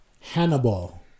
Hannibal